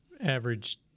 average